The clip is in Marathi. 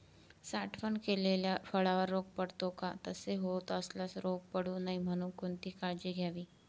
साठवण केलेल्या फळावर रोग पडतो का? तसे होत असल्यास रोग पडू नये म्हणून कोणती काळजी घ्यावी?